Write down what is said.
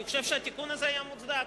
אני חושב שהתיקון הזה היה מוצדק,